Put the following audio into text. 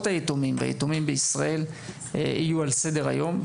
היתומים בישראל יהיה על סדר היום,